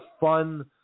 fun